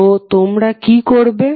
তো তোমরা কি করবে